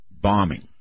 bombing